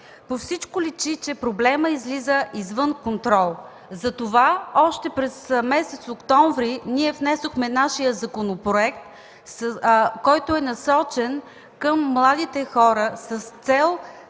По всичко личи, че проблемът излиза извън контрол. Затова още през месец октомври внесохме нашия законопроект, който е насочен към младите хора, с цел